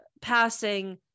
passing